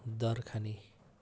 दर खाने